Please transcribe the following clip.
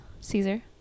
Caesar